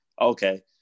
okay